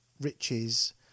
riches